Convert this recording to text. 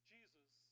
Jesus